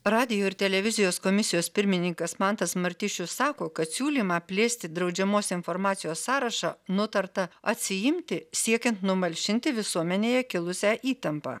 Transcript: radijo ir televizijos komisijos pirmininkas mantas martišius sako kad siūlymą plėsti draudžiamos informacijos sąrašą nutarta atsiimti siekiant numalšinti visuomenėje kilusią įtampą